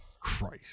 Christ